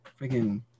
freaking